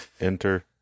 Enter